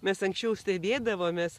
mes anksčiau stebėdavomės